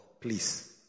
please